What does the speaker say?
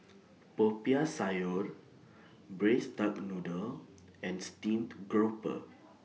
Popiah Sayur Braised Duck Noodle and Steamed Grouper